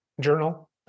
journal